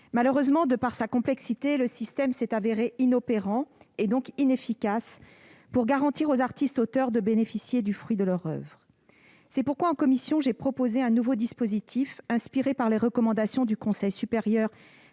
Malheureusement, du fait de sa complexité, le système s'est révélé inopérant et, donc, inefficace pour permettre aux artistes auteurs de bénéficier du fruit de leur oeuvre. C'est pourquoi, en commission, j'ai proposé un nouveau dispositif qui s'inspire des recommandations du Conseil supérieur